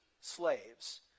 slaves